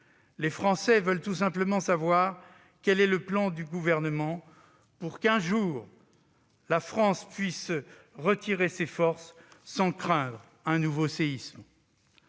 Les Français veulent tout simplement savoir quel est le plan du Gouvernement pour qu'un jour la France puisse retirer ses forces sans craindre un nouveau séisme.